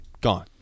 Gone